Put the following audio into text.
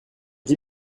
dix